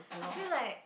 I feel like